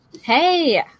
Hey